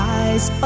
eyes